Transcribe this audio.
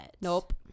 Nope